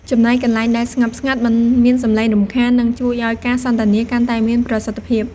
ចំណែកកន្លែងដែលស្ងប់ស្ងាត់ មិនមានសម្លេងរំខាន នឹងជួយឲ្យការសន្ទនាកាន់តែមានប្រសិទ្ធភាព។